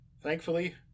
Thankfully